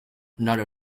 another